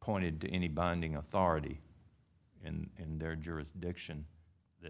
pointed to any band ing authority in their jurisdiction that